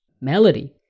Melody